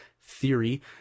Theory